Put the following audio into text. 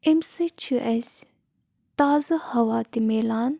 اَمہِ سۭتۍ چھِ اَسہِ تازٕ ہوا تہِ مِلان